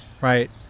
right